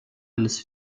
eines